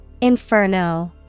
Inferno